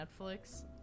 Netflix